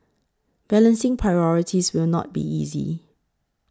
balancing priorities will not be easy